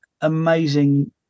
amazing